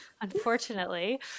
unfortunately